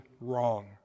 wrong